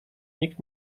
nikt